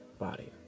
body